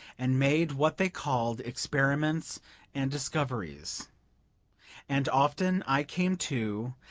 and made what they called experiments and discoveries and often i came, too,